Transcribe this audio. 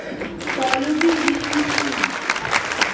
তলবি ঋন কি?